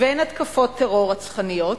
ואין התקפות טרור רצחניות